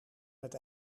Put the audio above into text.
met